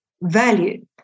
value